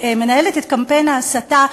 שמנהלת את קמפיין ההסתה,